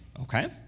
Okay